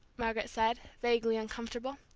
margaret said, vaguely uncomfortable.